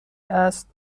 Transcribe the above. است